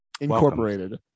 Incorporated